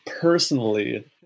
personally